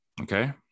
Okay